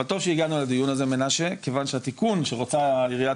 אבל טוב שהגענו לדיון הזה כיוון שהתיקון רוצה עיריית